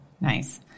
Nice